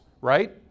right